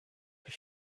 side